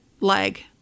leg